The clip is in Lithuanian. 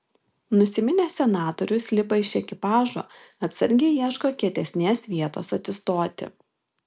nusiminęs senatorius lipa iš ekipažo atsargiai ieško kietesnės vietos atsistoti